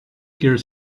girl